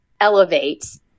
elevates